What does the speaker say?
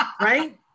right